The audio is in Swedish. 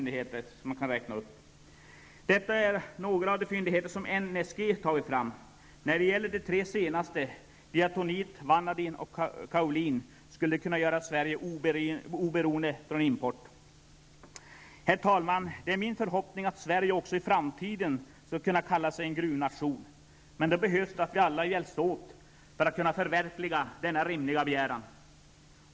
Detta är några av de fyndigheter som NSG tagit fram. De tre senare, diatonit, vanadin och kaolin, skulle kunna göra Sverige oberoende av import. Herr talman! Det är min förhoppning att Sverige också i framtiden skall kunna kalla sig en gruvnation, men då behövs det att vi alla hjälps åt för att kunna förverkliga denna rimliga begäran.